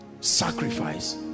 Sacrifice